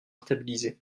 stabilisé